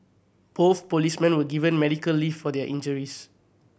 both policemen were given medical leave for their injuries